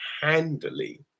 handily